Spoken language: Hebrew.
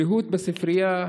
ריהוט בספרייה,